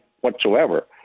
whatsoever